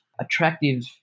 attractive